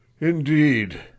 indeed